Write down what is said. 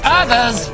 others